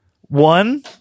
one